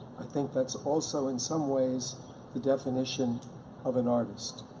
i think that's also in some ways the definition of an artist.